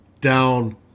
down